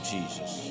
Jesus